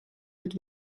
від